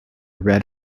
red